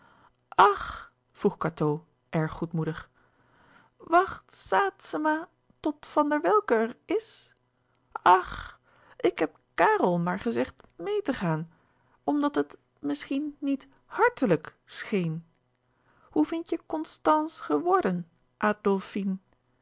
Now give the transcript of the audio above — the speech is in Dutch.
ach vroeg cateau erg goedmoedig wacht sàetzema tot van der welcke er is ach ik heb kàrel maar gezegd meê te gaan omdat het misschien niet hàrtelijk schéen hoe vindt je constànce geworden